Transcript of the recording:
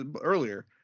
earlier